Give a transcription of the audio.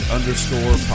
Underscore